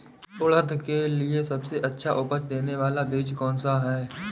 उड़द के लिए सबसे अच्छा उपज देने वाला बीज कौनसा है?